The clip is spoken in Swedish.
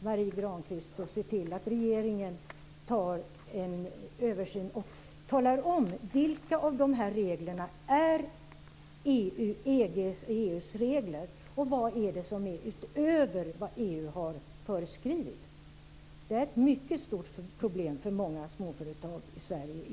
Marie Granlund borde se till att regeringen gör en översyn och talar om vilka av de här reglerna som är EU:s regler och vad som är utöver vad EU har föreskrivit. Det här är ett mycket stort problem för många småföretag i